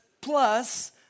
plus